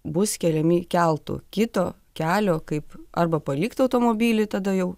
bus keliami keltu kito kelio kaip arba palikt automobilį tada jau